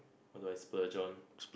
what do I splurge on